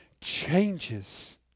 changes